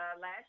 Last